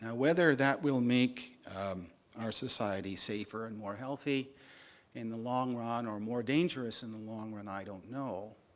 whether that will make our society safer and more healthy in the long run or more dangerous in the long run, i don't know.